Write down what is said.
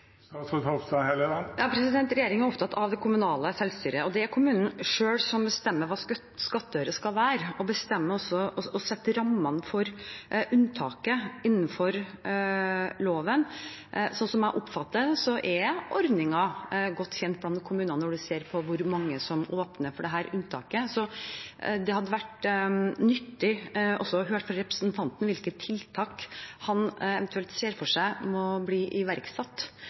er opptatt av det kommunale selvstyret, og det er kommunene selv som bestemmer hva skattøren skal være, og setter rammene for unntaket innenfor loven. Slik som jeg oppfatter det, er ordningen godt kjent blant kommunene når vi ser på hvor mange som åpner for dette unntaket, så det hadde vært nyttig også å høre fra representanten hvilke tiltak han eventuelt ser for seg må bli iverksatt